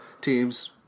teams